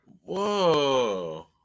Whoa